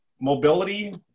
mobility